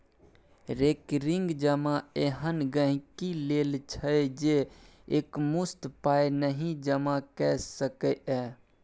recurring जमा एहन गांहिकी लेल छै जे एकमुश्त पाइ नहि जमा कए सकैए